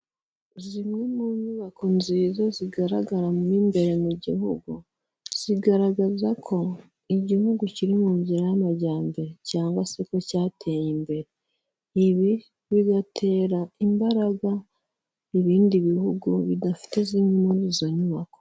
Zimwe mu nyubako nziza zigaragara mu imbere mu gihugu, zigaragaza ko igihugu kiri mu nzira y'amajyambere cyangwa se ko cyateye imbere, ibi bigatera imbaraga ibindi bihugu bidafite zimwe muri izo nyubako.